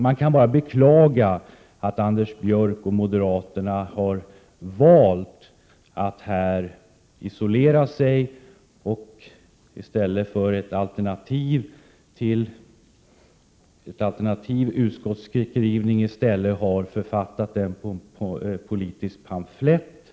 Man kan bara beklaga att Anders Björck och moderaterna har valt att isolera sig och i stället för en alternativ utskottsskrivning har författat en politisk pamflett.